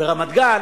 ברמת-גן